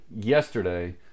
yesterday